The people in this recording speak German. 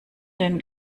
den